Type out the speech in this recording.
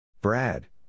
Brad